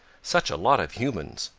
such a lot of humans!